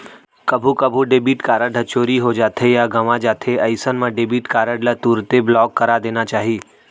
कभू कभू debit card ह चोरी हो जाथे या गवॉं जाथे अइसन मन डेबिट कारड ल तुरते ब्लॉक करा देना चाही